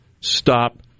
stop